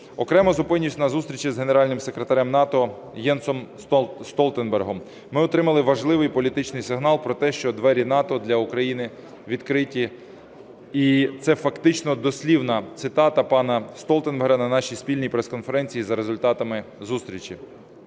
Окремо зупинюсь на зустрічі з Генеральним секретарем НАТО Єнсом Столтенбергом. Ми отримали важливий політичний сигнал про те, що двері НАТО для України відкриті. І це фактично дослівна цитата пана Столтенберга на нашій спільній прес-конференції за результатами зустрічі.